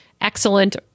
excellent